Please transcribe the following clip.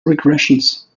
regressions